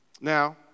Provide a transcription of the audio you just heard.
now